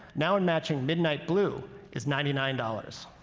now in matching midnight blue, is ninety nine dollars.